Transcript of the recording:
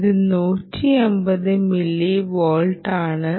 ഇത് 150 മില്ലിവോൾട്ട് ആണ്